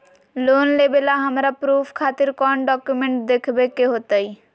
Loan लेबे ला हमरा प्रूफ खातिर कौन डॉक्यूमेंट देखबे के होतई?